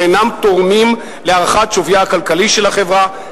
אינם תורמים להערכת שוויה הכלכלי של החברה,